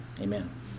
amen